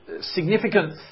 significant